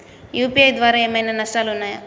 UPI ద్వారా ఏమైనా నష్టాలు ఉన్నయా?